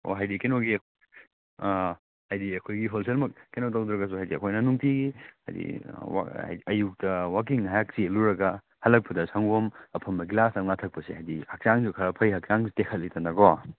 ꯑꯣ ꯍꯥꯏꯗꯤ ꯀꯩꯅꯣꯒꯤ ꯍꯥꯏꯗꯤ ꯑꯩꯈꯣꯏꯒꯤ ꯍꯣꯜꯁꯦꯜꯃꯛ ꯀꯩꯅꯣ ꯇꯧꯗ꯭ꯔꯒꯁꯨ ꯍꯥꯏꯗꯤ ꯑꯩꯈꯣꯏꯅ ꯅꯨꯡꯇꯤꯒꯤ ꯍꯥꯏꯗꯤ ꯑꯌꯨꯛꯇ ꯋꯥꯛꯀꯤꯡ ꯉꯥꯏꯍꯥꯛ ꯆꯦꯜꯂꯨꯔꯒ ꯍꯂꯛꯄꯗ ꯁꯪꯒꯣꯝ ꯑꯐꯝꯕ ꯒꯤꯂꯥꯁ ꯑꯃ ꯊꯛꯄꯁꯦ ꯍꯥꯏꯗꯤ ꯍꯛꯆꯥꯡꯁꯨ ꯈꯔ ꯐꯩ ꯍꯛꯆꯥꯡꯁꯨ ꯇꯦꯈꯠꯂꯤꯗꯅꯀꯣ